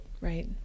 right